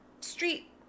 street